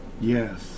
Yes